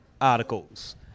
articles